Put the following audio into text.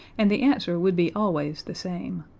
and the answer would be always the same